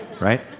right